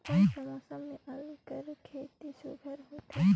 कोन सा मौसम म आलू कर खेती सुघ्घर होथे?